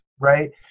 right